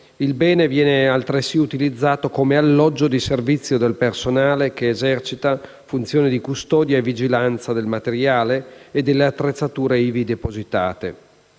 il bene viene altresì utilizzato come alloggio di servizio del personale che esercita funzione di custodia e vigilanza del materiale e delle attrezzature ivi depositate.